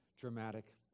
dramatic